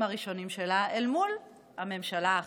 הראשונים שלה אל מול הממשלה העכשווית.